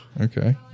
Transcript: Okay